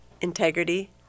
integrity